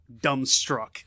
dumbstruck